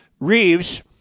Reeves